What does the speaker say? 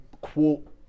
quote